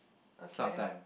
okay